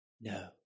No